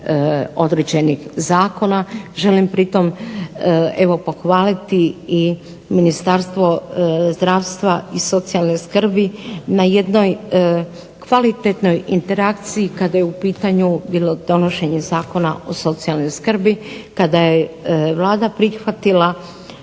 određenih zakona. Želim pritom evo pohvaliti i Ministarstvo zdravstva i socijalne skrbi na jednoj kvalitetnoj interakciji kada je u pitanju bilo donošenje Zakona o socijalnoj skrbi, kada je Vlada prihvatila